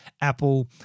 Apple